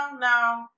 no